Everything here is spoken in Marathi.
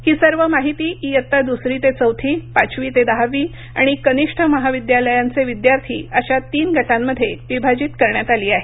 ही सर्व माहिती इयत्ता दुसरी ते चौथी पाचवी ते दहावी आणि कनिष्ठ महाविद्यालयांचे विद्यार्थी अशा तीन गटांमध्ये विभाजित करण्यात आली आहे